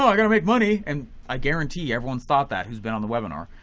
know, i gotta make money and i guarantee everyone's thought that who's been on the webinar,